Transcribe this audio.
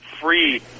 free